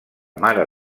mare